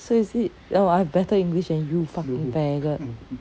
so is it oh I have better english than you fucking faggot